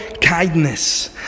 kindness